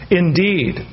indeed